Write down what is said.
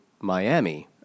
Miami